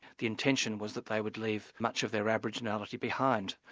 the intention was that they would leave much of their aboriginality behind,